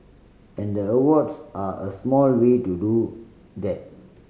and the awards are a small way to do that